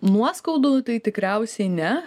nuoskaudų tai tikriausiai ne